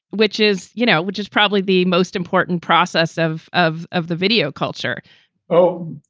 which is, you know, which is probably the most important process of of of the video culture oh,